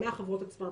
מהחברות עצמן.